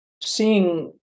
seeing